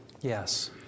yes